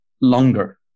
longer